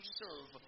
serve